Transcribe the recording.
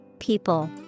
people